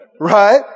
right